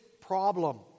problem